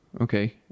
Okay